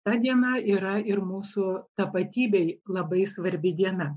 ta diena yra ir mūsų tapatybei labai svarbi diena